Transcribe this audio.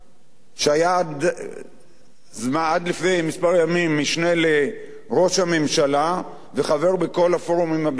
שהיה עד לפני כמה ימים המשנה לראש הממשלה וחבר בכל הפורומים הביטחוניים,